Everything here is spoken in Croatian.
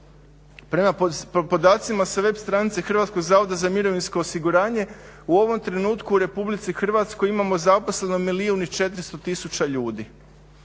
Prema podacima sa web stranice Hrvatskog zavoda za mirovinsko osiguranje u ovom trenutku u RH imamo zaposleno milijun i 400 tisuća ljudi.